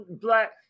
Black